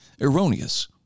erroneous